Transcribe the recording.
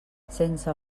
sense